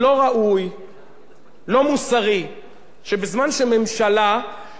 שבזמן שממשלה יושבת ומחוקקת את חוק ערוץ-10